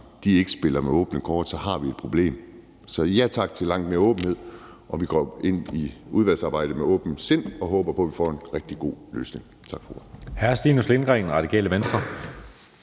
ikke spiller med åbne kort, har vi et problem. Så ja tak til langt mere åbenhed. Vi går ind i udvalgsarbejdet med åbent sind og håber på, at vi får en rigtig god løsning. Tak for